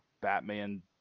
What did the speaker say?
Batman